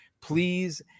please